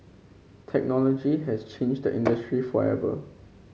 technology has changed the industry forever